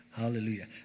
Hallelujah